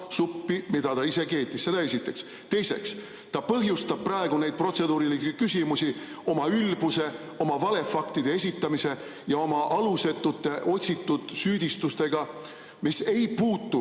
mida ta ise keetis. Seda esiteks. Teiseks, ta põhjustab praegu neid protseduurilisi küsimusi oma ülbuse, oma valefaktide esitamise ja oma alusetute otsitud süüdistustega, mis ei puutu